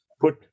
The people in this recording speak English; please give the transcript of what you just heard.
put